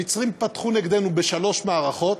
המצרים פתחו נגדנו בשלוש מערכות,